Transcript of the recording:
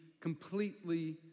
completely